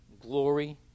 glory